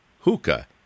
Hookah